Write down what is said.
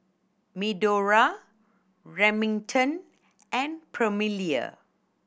Medora Remington and Permelia